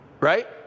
right